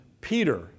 Peter